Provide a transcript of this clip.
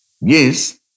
Yes